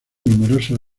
numerosos